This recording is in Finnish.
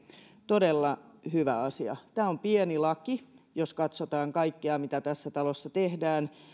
todella hyvä asia tämä on pieni laki jos katsotaan kaikkea mitä tässä talossa tehdään